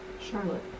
Charlotte